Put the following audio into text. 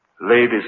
Ladies